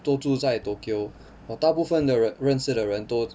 都住在 tokyo 我大部分的人认识的人都